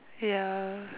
ya